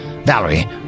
Valerie